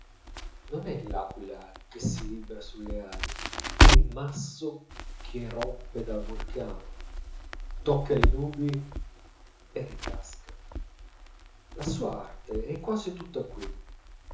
non è l'aquila che si libra sull'ali è il masso che erompe dal vulcano tocca le nubi e ricasca la sua arte è quasi tutta qui